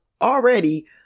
already